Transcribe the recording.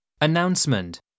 Announcement